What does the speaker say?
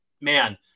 man